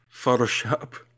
Photoshop